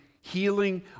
healing